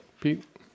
Pete